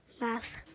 Math